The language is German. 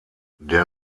der